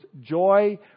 joy